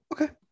okay